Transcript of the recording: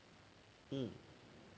um